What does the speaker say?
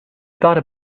thought